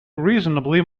reasonably